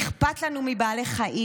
אכפת לנו מבעלי חיים.